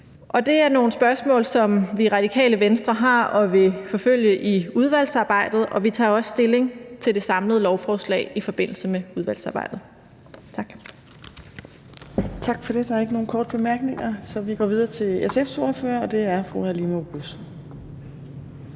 Det er nogle spørgsmål, som vi har i Radikale Venstre, og som vi vil forfølge i udvalgsarbejdet. Vi tager stilling til det samlede lovforslag i forbindelse med udvalgsarbejdet. Tak. Kl. 15:07 Fjerde næstformand (Trine Torp): Tak for det. Der er ikke nogen korte bemærkninger, så vi går videre til SF's ordfører, og det er fru Halime Oguz.